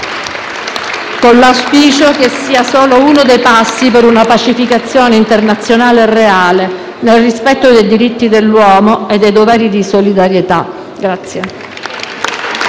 esame, con l'auspicio che sia solo uno dei passi per una pacificazione internazionale reale, nel rispetto dei diritti dell'uomo e dei doveri di solidarietà.